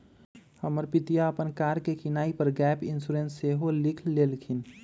हमर पितिया अप्पन कार के किनाइ पर गैप इंश्योरेंस सेहो लेलखिन्ह्